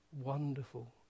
wonderful